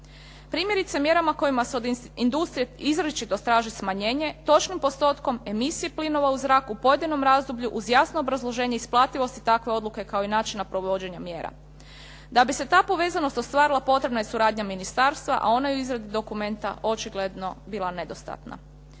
Primjerice mjerama kojima se od industrije izričito traži smanjenje točnim postotkom emisije plinova u zraku u pojedinom razdoblju uz jasno obrazloženje isplativosti takve odluke kao i načina provođenja mjera. Da bi se ta povezanost ostvarila, potrebna je suradnja ministarstva, a ona je u izradi dokumenta očigledno bila nedostatna.